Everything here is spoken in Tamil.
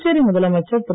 புதுச்சேரி முதலமைச்சர் திரு